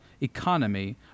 economy